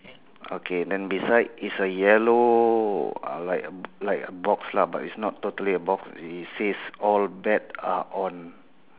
okay then beside is a yellow uh like a like a box lah but it's not totally a box it says all bet are on